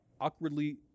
awkwardly